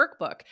workbook